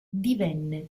divenne